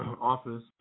office